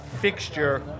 fixture